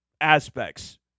aspects